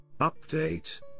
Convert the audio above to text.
Update